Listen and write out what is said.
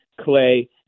Clay